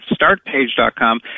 Startpage.com